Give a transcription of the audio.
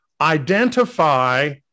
identify